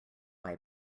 buy